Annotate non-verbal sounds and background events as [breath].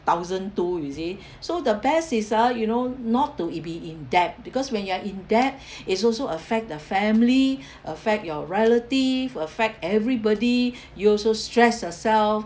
thousand two you see [breath] so the best is ah you know not to i~ be in debt because when you're in debt [breath] it's also affect the family [breath] affect your relative affect everybody [breath] you also stressed yourself